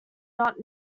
not